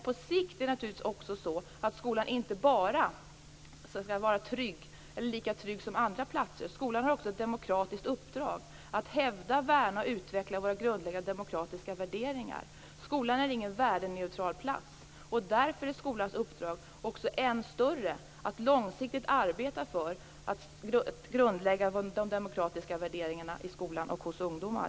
På sikt skall skolan inte bara vara trygg, lika trygg som andra platser, utan skolan har också ett demokratiskt uppdrag, att hävda, värna och utveckla våra grundläggande demokratiska värderingar. Skolan är ingen värdeneutral plats. Därför är skolans uppdrag än större, att långsiktigt arbeta för att grundlägga de demokratiska värderingarna i skolan och hos ungdomar.